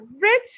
rich